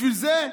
בשביל זה?